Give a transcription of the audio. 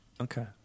Okay